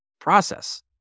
process